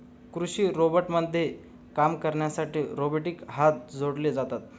कृषी रोबोटमध्ये काम करण्यासाठी रोबोटिक हात जोडला जातो